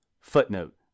Footnote